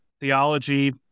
theology